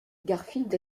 garfield